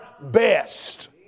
best